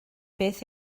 beth